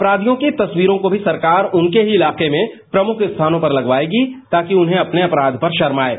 अपराधियों की तस्वीरों को भी सरकार उनके ही इलाके में प्रमुख स्थानों पर लगवायेगी ताकि उन्हें अपने अपराध पर शर्म आये